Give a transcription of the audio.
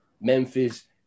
Memphis